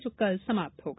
जो कल समाप्त होगा